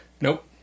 Nope